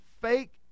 fake